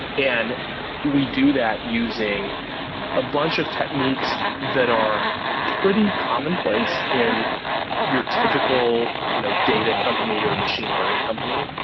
and we do that using a bunch of techniques that are pretty common place in your typical you know data company or a machine learning company.